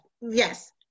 Yes